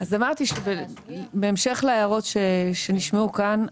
אז אמרתי שבהמשך להערות שנשמעו כאן,